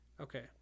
Okay